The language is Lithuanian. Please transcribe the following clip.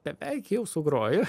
beveik jau sugroju